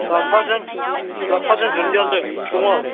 लाफाजों दुन्दि लाफाजों दुन्दियाजों दङ